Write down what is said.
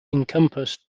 encompassed